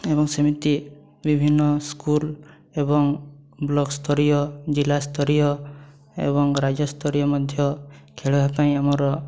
ଏବଂ ସେମିତି ବିଭିନ୍ନ ସ୍କୁଲ୍ ଏବଂ ବ୍ଲକ୍ ସ୍ତରୀୟ ଜିଲ୍ଲା ସ୍ତରୀୟ ଏବଂ ରାଜ୍ୟସ୍ତରୀୟ ମଧ୍ୟ ଖେଳିବା ପାଇଁ ଆମର